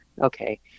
okay